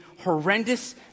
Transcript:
horrendous